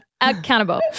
Accountable